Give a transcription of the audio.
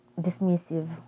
dismissive